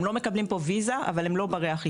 הם לא מקבלים כאן אשרה אבל הם לא ברי אכיפה.